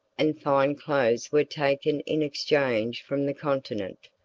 and fine cloths were taken in exchange from the continent.